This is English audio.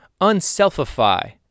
unselfify